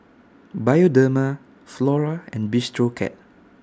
Bioderma Flora and Bistro Cat